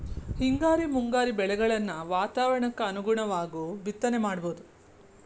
ಹಿಂಗಾರಿ ಮುಂಗಾರಿ ಬೆಳೆಗಳನ್ನ ವಾತಾವರಣಕ್ಕ ಅನುಗುಣವಾಗು ಬಿತ್ತನೆ ಮಾಡುದು